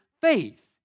faith